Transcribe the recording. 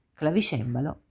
clavicembalo